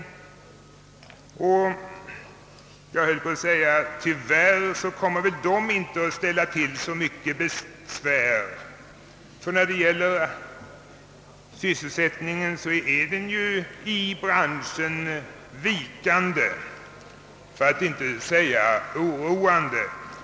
Emellertid — jag höll på att säga tyvärr — kommer väl den sistnämnda instansen inte att ställa till så mycket besvär. Sysselsättningen i branschen är ju vikande, för att inte säga oroande.